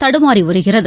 தடுமாறி வருகிறது